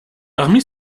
parmi